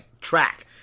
track